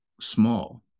small